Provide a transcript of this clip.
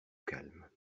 calme